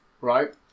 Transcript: right